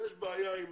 יש בעיה עם